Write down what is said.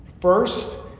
First